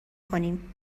کنیم